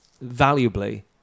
valuably